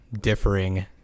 differing